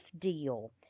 Deal